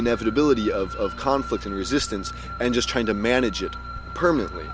inevitability of conflict and resistance and just trying to manage it permanently